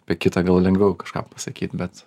apie kitą gal lengviau kažką pasakyt bet